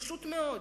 פשוט מאוד.